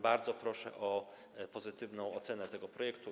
Bardzo proszę o pozytywną ocenę tego projektu.